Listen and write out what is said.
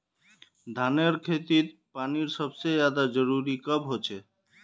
धानेर खेतीत पानीर सबसे ज्यादा जरुरी कब होचे?